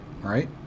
right